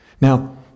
Now